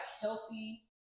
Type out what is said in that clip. healthy